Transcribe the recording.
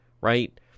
right